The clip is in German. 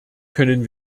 können